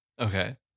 Okay